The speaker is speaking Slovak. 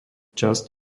čas